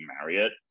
Marriott